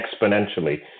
exponentially